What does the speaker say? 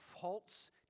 false